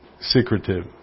secretive